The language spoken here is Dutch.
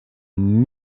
een